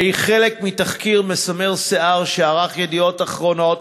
והיא חלק מתחקיר מסמר שיער שערך "ידיעות אחרונות"